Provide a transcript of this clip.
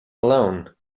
alone